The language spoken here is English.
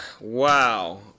wow